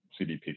CDP